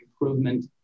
improvement